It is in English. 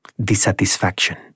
dissatisfaction